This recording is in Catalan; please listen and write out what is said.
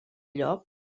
llop